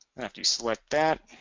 after you select that,